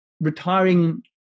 retiring